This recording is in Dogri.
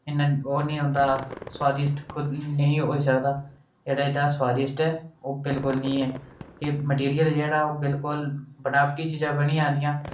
इन्ना ओह् निं होंदा स्वादिष्ट नेईं होई सकदा एह्दे च जेह्ड़ा स्वादगिष्ट ऐ ओह् बिल्कुल निं ऐ एह् मटीरियल जेह्ड़ा ओह् बिल्कुल बनावटी चीजां बनियै औंदियां